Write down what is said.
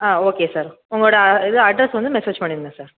ஆ okay sir உங்களோடய இது address வந்து மெசேஜ் பண்ணிடுங்கள் சார்